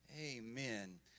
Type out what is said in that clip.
Amen